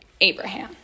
Abraham